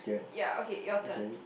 ya okay your turn